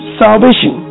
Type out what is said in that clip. salvation